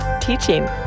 teaching